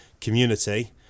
community